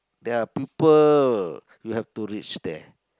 there are people you have to reach there